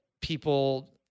people